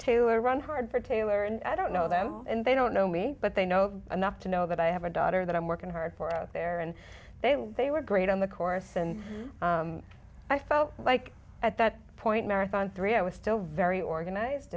two or run hard for taylor and i don't know them and they don't know me but they know enough to know that i have a daughter that i'm working hard for out there and they they were great on the course and i felt like at that point marathon three i was still very organized